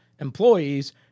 employees